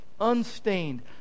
unstained